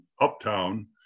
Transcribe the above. uptown